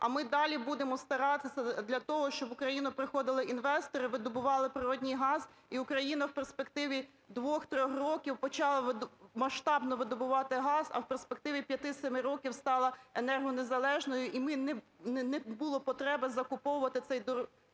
А ми далі будемо старатися для того, щоб в Україну приходили інвестори, видобували природний газ і Україна в перспективі 2-3 років почала масштабно видобувати газ. А в перспективі 5-7 років стала енергонезалежною і не було б потреби закуповувати цей дорогий